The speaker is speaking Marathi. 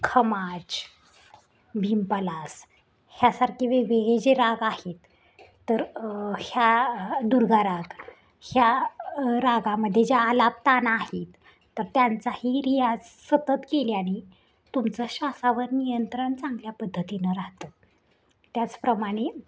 खमाज भीमपलास ह्यासारखे वेगवेगळे जे राग आहेत तर ह्या दुर्गा राग ह्या रागामध्ये ज्या आलाप ताना आहेत तर त्यांचाही रियाज सतत केल्याने तुमचं श्वासावर नियंत्रण चांगल्या पद्धतीनं राहतं त्याचप्रमाणे